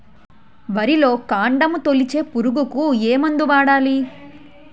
వరిలో కాండము తొలిచే పురుగుకు ఏ మందు వాడాలి?